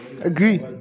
agree